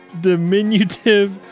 diminutive